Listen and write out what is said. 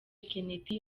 kennedy